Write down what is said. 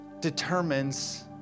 determines